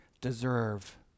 deserve